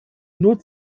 nur